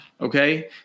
Okay